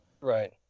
Right